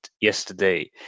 yesterday